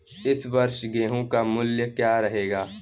इस वर्ष गेहूँ का मूल्य क्या रहेगा?